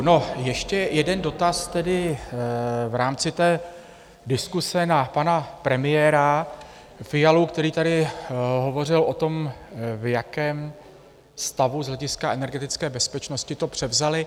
No, ještě jeden dotaz, tedy v rámci té diskuse na pana premiéra Fialu, který tady hovořil o tom, v jakém stavu z hlediska energetické bezpečnosti to převzali.